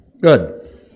Good